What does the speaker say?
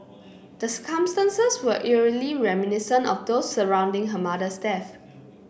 the circumstances were eerily reminiscent of those surrounding her mother's death